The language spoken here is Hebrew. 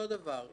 אותו דבר הזוכה,